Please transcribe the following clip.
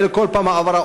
אלא כל פעם העברה,